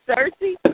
Cersei